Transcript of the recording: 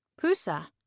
Pusa